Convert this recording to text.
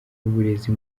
uburezi